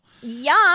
Yum